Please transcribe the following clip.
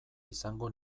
izango